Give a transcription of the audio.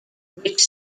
which